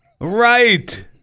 Right